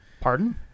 Pardon